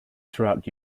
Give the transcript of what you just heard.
throughout